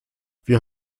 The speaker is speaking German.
wir